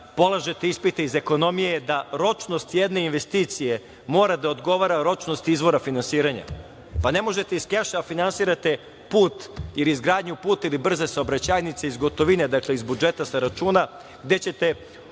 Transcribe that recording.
polažete ispite iz ekonomije da ročnost jedne investicije mora da odgovara ročnosti izvora finansiranja. Ne možete iz keša da finansirate put ili izgradnju puta ili brze saobraćajnice, iz gotovine, iz budžeta, sa računa gde ćete